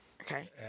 Okay